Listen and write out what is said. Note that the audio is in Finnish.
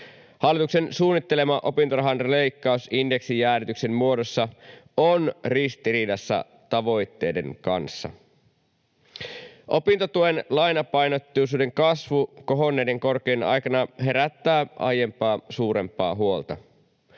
Hallituksen suunnittelema opintorahan leikkaus indeksijäädytyksen muodossa on ristiriidassa tavoitteiden kanssa. Opintotuen lainapainotteisuuden kasvu kohonneiden korkojen aikana herättää aiempaa suurempaa huolta.